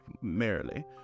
merrily